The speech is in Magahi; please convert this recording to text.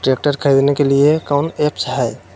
ट्रैक्टर खरीदने के लिए कौन ऐप्स हाय?